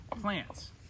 plants